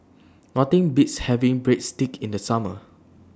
Nothing Beats having Breadsticks in The Summer